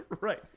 Right